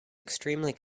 extremely